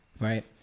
right